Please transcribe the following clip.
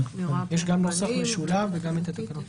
יש גם נוסח משולב וגם את התקנות.